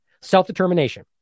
self-determination